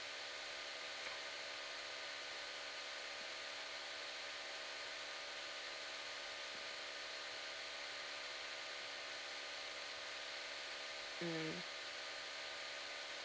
mm